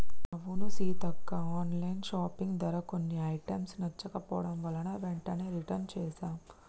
అవును Seethakka online shopping ధర కొన్ని ఐటమ్స్ నచ్చకపోవడం వలన వెంటనే రిటన్ చేసాం